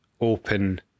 open